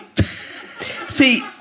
see